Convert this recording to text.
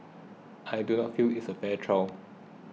I do not feel it's a fair trial